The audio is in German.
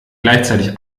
gleichzeitig